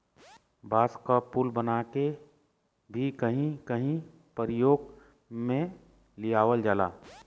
बांस क पुल बनाके भी कहीं कहीं परयोग में लियावल जाला